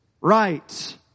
right